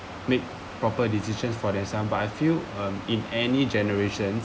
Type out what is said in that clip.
make proper decisions for their son but I feel um in any generation